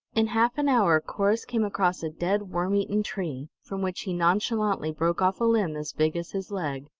in half an hour corrus came across a dead, worm-eaten tree, from which he nonchalantly broke off a limb as big as his leg.